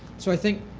so i think,